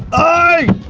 i